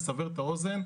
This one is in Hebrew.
לסבר את האוזן,